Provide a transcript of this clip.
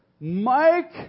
Mike